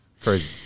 Crazy